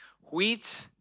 Wheat